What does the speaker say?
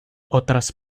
otras